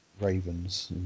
Ravens